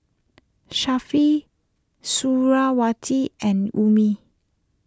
Sharifah Suriawati and Ummi